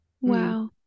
wow